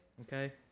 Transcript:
Okay